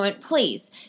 please